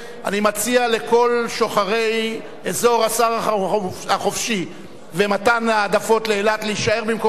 אני מציע לכל שוחרי אזור הסחר החופשי ומתן העדפות לאילת להישאר במקומם,